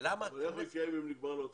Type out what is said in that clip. אבל איך הוא יתנהג אם נגמר לו התקציב?